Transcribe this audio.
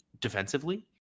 defensively